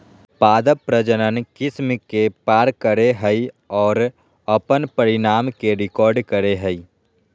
पादप प्रजनन किस्म के पार करेय हइ और अपन परिणाम के रिकॉर्ड करेय हइ